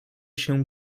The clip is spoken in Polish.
się